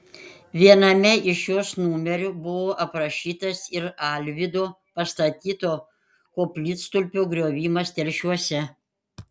viename iš jos numerių buvo aprašytas ir alvydo pastatyto koplytstulpio griovimas telšiuose